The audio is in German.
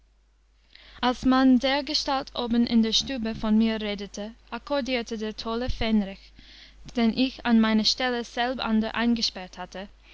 als man dergestalt oben in der stube von mir redete akkordierte der tolle fähnrich den ich an meine stelle selbander eingesperrt hatte